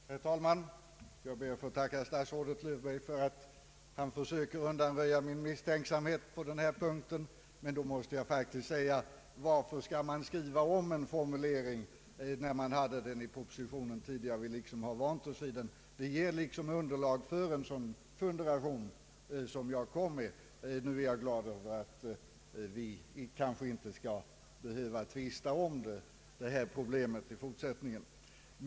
Herr talman! Jag ber att få tacka statsrådet Löfberg för att han försöker undanröja min misstänksamhet på denna punkt. Men varför skriva om en formulering när man vant sig vid den som fanns tidigare i propositionen? Det ger underlag för en fundering av det slag som jag förde fram. Jag är dock glad över att vi kanske inte behöver tvista om detta problem i fortsättningen.